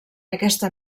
aquesta